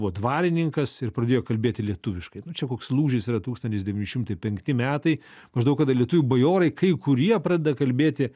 buvo dvarininkas ir pradėjo kalbėti lietuviškai nu čia koks lūžis yra tūkstantis devyni šimtai penkti metai maždaug kada lietuvių bajorai kai kurie pradeda kalbėti